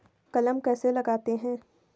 कलम कैसे लगाते हैं?